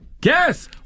guess